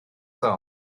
ddoe